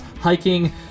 hiking